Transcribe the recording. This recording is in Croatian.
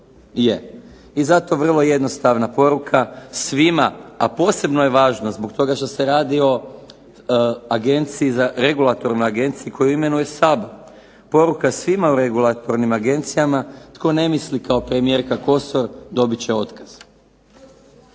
I zato vrlo jednostavna poruka svima, a posebno je važno zbog toga što se radi o agenciji za, regulatornoj agenciji koju imenuje Sabor. Poruka svima u regulatornim agencijama tko ne misli kao premijerka Kosor dobit će otkaz.